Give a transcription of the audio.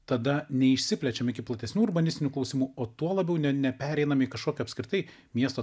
tada neišsiplečiam iki platesnių urbanistinių klausimų o tuo labiau ne nepereinam į kažkokį apskritai miesto